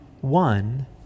one